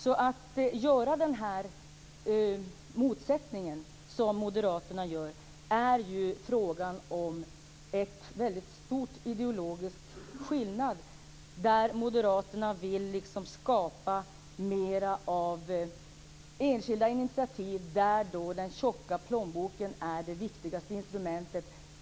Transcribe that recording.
Moderaterna ser en motsättning. Det är frågan om en väldigt stor ideologisk skillnad. Moderaterna vill skapa mer av enskilda initiativ där den tjocka plånboken är det viktigaste instrumentet.